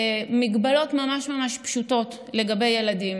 הגבלות ממש ממש פשוטות לגבי ילדים.